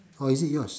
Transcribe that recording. or is it yours